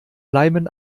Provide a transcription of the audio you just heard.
bleiben